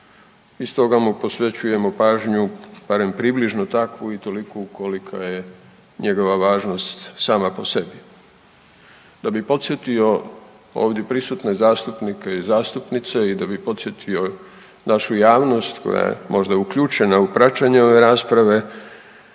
stoga mu posvećujemo pažnju barem približno takvu i toliku kolika je njegova važnost sama po sebi. Da bi podsjetio ovdje prisutne zastupnike i zastupnice i da bi podsjetio našu javnost koja je možda uključena u praćenje ove rasprave